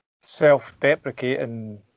self-deprecating